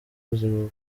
buzima